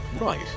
right